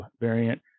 variant